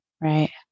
right